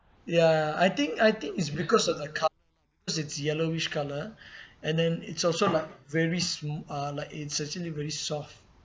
ya I think I think is because of the colour because it's yellowish colour and then it's also like very smoo~ uh like it's actually really soft